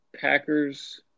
Packers